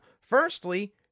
Firstly